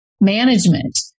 management